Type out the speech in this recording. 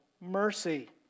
mercy